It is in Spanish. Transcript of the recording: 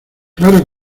claro